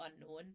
unknown